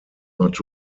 not